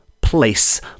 Place